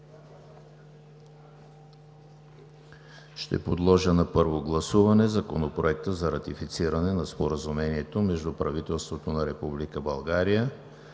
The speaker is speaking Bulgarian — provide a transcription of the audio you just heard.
Ще подложа на първо гласуване Законопроекта за ратифициране на Споразумението между правителството на Република България